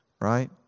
Right